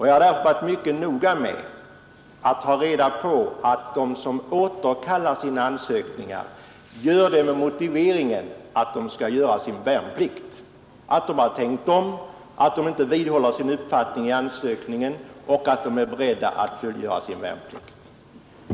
Jag har varit mycket noga med att ta reda på att åtskilliga av de som återkallar sina ansökningar gör det med motiveringen att de skall göra sin värnplikt, att de har tänkt om, att de inte vidhåller sin uppfattning i ansökningen utan är beredda att fullgöra sin värnplikt.